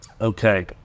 Okay